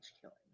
killing